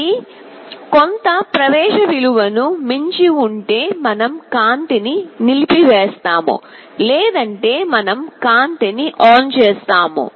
ఇది కొంత ప్రవేశ విలువను మించి ఉంటే మనం కాంతిని నిలిపివేస్తాము లేదంటే మనం కాంతిని ఆన్ చేస్తాము